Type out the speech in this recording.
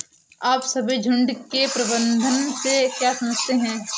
आप सभी झुंड के प्रबंधन से क्या समझते हैं?